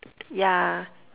yeah